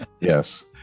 Yes